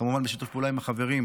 כמובן בשיתוף פעולה עם החברים,